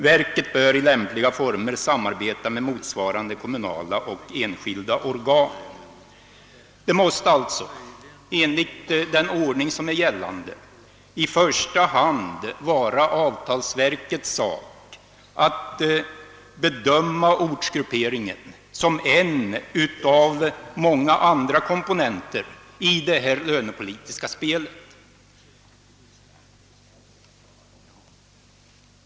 Verket bör i lämpliga former samarbeta med motsvarande kommunala och enskilda organ.» Enligt den gällande ordningen är det alltså i första hand avtalsverkets sak att bedöma ortsgrupperingen som en av många andra komponenter i det lönepolitiska spelet.